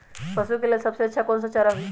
पशु के लेल सबसे अच्छा कौन सा चारा होई?